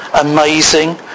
amazing